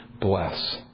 bless